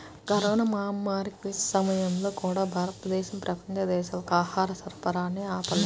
corona మహమ్మారి క్లిష్ట సమయాల్లో కూడా, భారతదేశం ప్రపంచ దేశాలకు ఆహార సరఫరాని ఆపలేదు